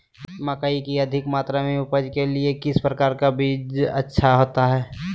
मकई की अधिक मात्रा में उपज के लिए किस प्रकार की बीज अच्छा होता है?